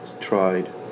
tried